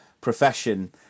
profession